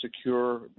secure